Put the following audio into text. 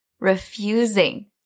refusing